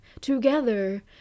together